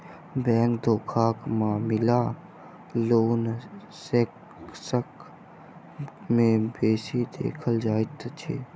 bank धोखाक मामिला loan section मे बेसी देखल जाइत अछि